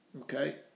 okay